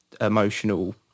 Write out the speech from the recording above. emotional